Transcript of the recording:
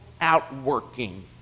outworking